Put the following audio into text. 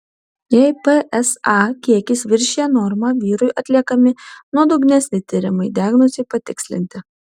jei psa kiekis viršija normą vyrui atliekami nuodugnesni tyrimai diagnozei patikslinti